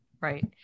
Right